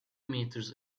meters